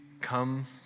come